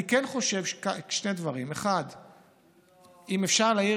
אני כן חושב שני דברים: 1. אם אפשר להאיר